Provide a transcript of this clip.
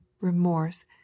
remorse